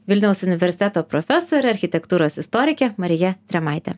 vilniaus universiteto profesore architektūros istorikė marija drėmaite